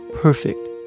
perfect